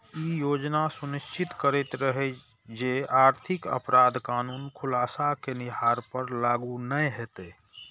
ई योजना सुनिश्चित करैत रहै जे आर्थिक अपराध कानून खुलासा केनिहार पर लागू नै हेतै